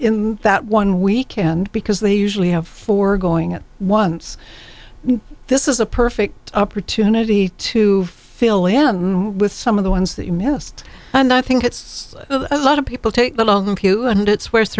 in that one weekend because they usually have four going at once this is a perfect opportunity to fill in with some of the ones that you missed and i think it's a lot of people take the long view and it's wor